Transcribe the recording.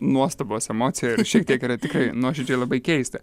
nuostabos emocija šiek tiek yra tikrai nuoširdžiai labai keista